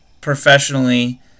professionally